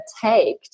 take